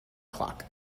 clock